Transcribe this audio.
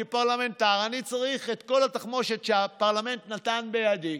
כפרלמנטר אני צריך את כל התחמושת שהפרלמנט נתן בידי